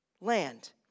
land